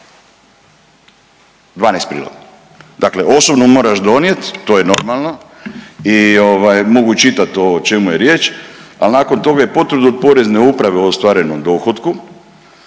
12 priloga, dakle osobno moraš donijet, to je normalno i ovaj mogu čitat ovo o čemu je riječ, al nakon toga i potvrdu od porezne uprave o ostvarenom dohotku,